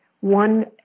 one